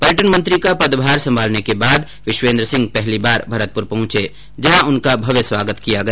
पर्यटन मंत्री का पदभार संभालने के बाद विश्वेन्द्र सिंह पहली बार भरतपुर पहुंचे जहां उनका भव्य स्वागत किया गया